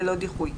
ללא דיחוי.